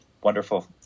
wonderful